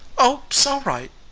oh, sall right!